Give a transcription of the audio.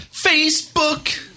Facebook